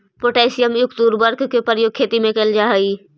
potassium युक्त उर्वरक के प्रयोग खेती में कैल जा हइ